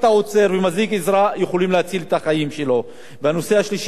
הנושא השלישי שרציתי לדבר עליו הוא הנושא של מצב